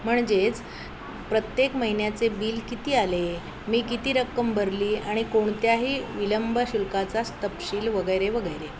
म्हणजेच प्रत्येक महिन्याचे बिल किती आले मी किती रक्कम भरली आणि कोणत्याही विलंब शुल्काचा स् तपशील वगैरे वगैरे